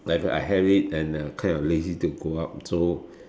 like if I have it and uh kind of lazy to go out so